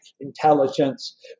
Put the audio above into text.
intelligence